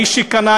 מי שקנה,